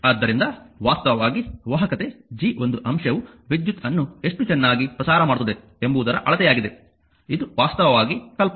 ಆದ್ದರಿಂದ ವಾಸ್ತವವಾಗಿ ವಾಹಕತೆ G ಒಂದು ಅಂಶವು ವಿದ್ಯುತ್ ಅನ್ನು ಎಷ್ಟು ಚೆನ್ನಾಗಿ ಪ್ರಸಾರ ಮಾಡುತ್ತದೆ ಎಂಬುದರ ಅಳತೆಯಾಗಿದೆ ಇದು ವಾಸ್ತವವಾಗಿ ಕಲ್ಪನೆ